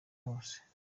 bose